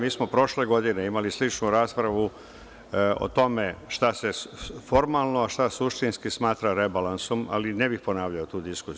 Mi smo prošle godine imali sličnu raspravu o tome šta se formalno, a šta suštinski smatra rebalansom, ali ne bih ponavljao tu diskusiju.